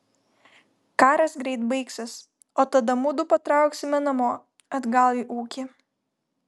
karas greit baigsis o tada mudu patrauksime namo atgal į ūkį